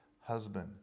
husband